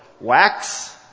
wax